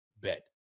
Bet